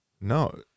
No